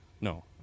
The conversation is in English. No